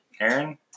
Aaron